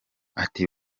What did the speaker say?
ati